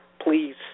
please